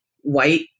white